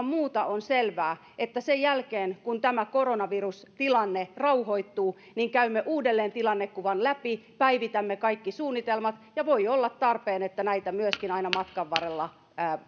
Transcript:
muuta on selvää että sen jälkeen kun tämä koronavirustilanne rauhoittuu käymme uudelleen tilannekuvan läpi päivitämme kaikki suunnitelmat ja voi olla tarpeen että näitä myöskin aina matkan varrella